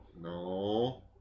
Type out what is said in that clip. No